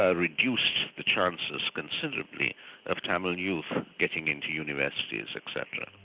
ah reduced the chances considerably of tamil youth getting into universities etc.